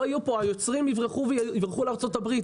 היוצרים יברחו לארצות הברית,